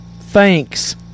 Thanks